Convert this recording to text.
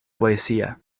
poesía